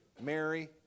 Mary